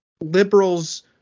liberals